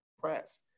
press